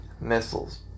Missiles